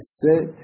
sit